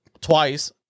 twice